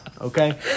okay